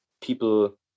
people